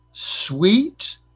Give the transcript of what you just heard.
sweet